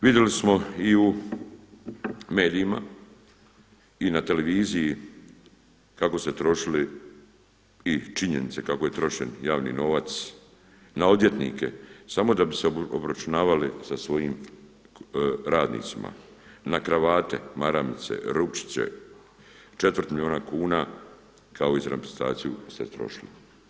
Vidjeli smo i u medijima i na televiziji kako su se trošili i činjenice kako je trošen javni novac na odvjetnike samo da bi se obračunavali sa svojim radnicima, na kravate, maramice, rupčiće četvrt milijuna kuna kao i za reprezentaciju se trošilo.